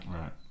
right